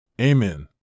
Amen